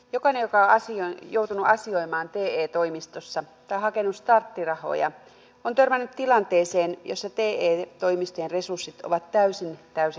jokainen joka on joutunut asioimaan te toimistossa tai hakenut starttirahoja on törmännyt tilanteeseen jossa te toimistojen resurssit ovat täysin täysin riittämättömät